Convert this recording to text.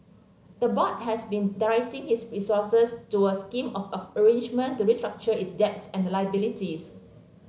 the board has been directing its resources to a scheme of arrangement to restructure its debts and liabilities